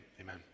Amen